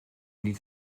niet